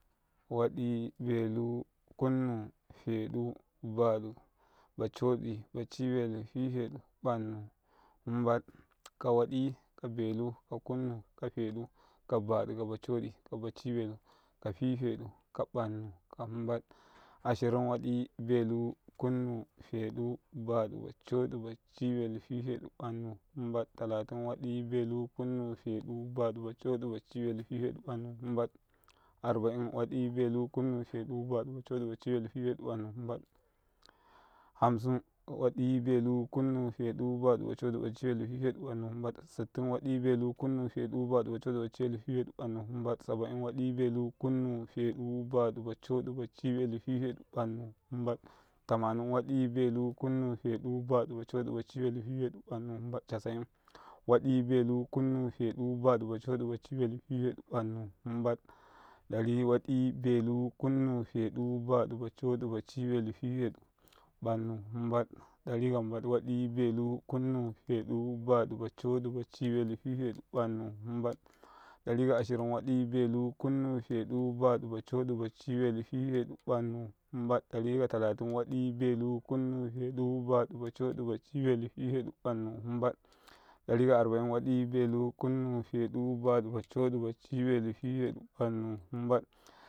wa ɗ i, belu, kunnu, fe ɗ u, ba ɗ u, baco ɗ i, baci, ნ elu, mba ɗ u kawa ɗ i mba ɗ u kabelu. mbadu kakunu, mbabadu kafedu, mbadu ka badu, mbadu kabaco ɗ i' mba ɗ u kabaci ნ elu' mba ɗ uk fife ɗ u' mba ɗ u ka ნ annu' ashirin' ashirin wa ɗ i bilu kunu' fedu' badu' bacodi' baci ნ ɗ u fi fe ɗ u ნ annu' mbad talatin wa ɗ i belu' fi few ɗ u' ნ annu arbain wa ɗ i belu' kunnu' fe ɗ u badu baco ɗ i baci ნ elu fi fedu ნ annu fedu ba ɗ u, baco ɗ i baci ნ elu' fi fe ɗ u ნ annu mbad harsin wa ɗ i behu kunnun fe ɗ u badu bacodi baci ნ elu fi fedu. ნ annu mbad sittin. wa ɗ i belu kunnu, fe ɗ u, ნ annu, mba ɗ bacodi, baci ნ elu fi fedu ნ annu mbad, tananina wa ɗ i beli kunnu fe ɗ u ba ɗ u baco ɗ i, baci belu. fi fedu, ნ annu mba ɗ casin wa ɗ i belu kunnu fedu ba ɗ i baco ɗ i baci ნ elu fi fe ɗ u kunnu fe ɗ u ნ annu, mba ɗ u. Dicca ka mbad. wa ɗ i belu kunnu fedu, ba ɗ u bacodi, baci belu fi fedu ნ annu mbadu, Dicaka ashin wa ɗ i belu kunnu, fe ɗ i ba ɗ u baco ɗ i baci ნ elu kunna, fedu, ნ annu, mbad Dicca ka hamsin.